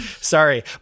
Sorry